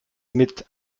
mit